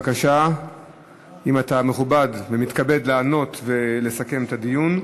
אם אתה מכובד ומתכבד לענות ולסכם את הדיון.